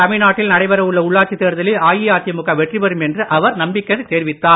தமிழ்நாட்டில் நடைபெற உள்ள உள்ளாட்சித் தேர்தலில் அஇஅதிமுக வெற்றிபெறும் என்று அவர் நம்பிக்கை தெரிவித்தார்